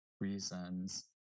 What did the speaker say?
reasons